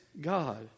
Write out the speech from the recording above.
God